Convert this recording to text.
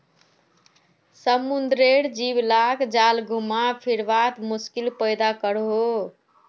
समुद्रेर जीव लाक जाल घुमा फिरवात मुश्किल पैदा करोह